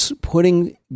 putting